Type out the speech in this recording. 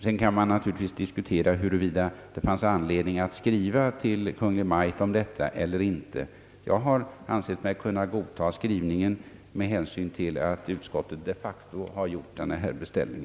Det kan naturligtvis diskuteras huruvida det finns anledning att skriva till Kungl. Maj:t i denna fråga eller inte. Jag har ansett mig kunna godta skrivningen med hänsyn till att utskottet de facto har gjort en beställning.